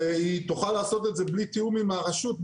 והיא תוכל לעשות את זה בלי תיאום עם הרשות,